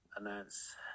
announce